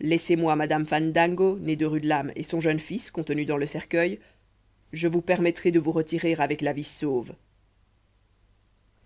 laissez-moi madame fandango née de rudelame et son jeune fils contenu dans le cercueil je vous permettrai de vous retirer avec la vie sauve